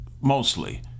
mostly